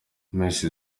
miss